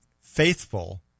faithful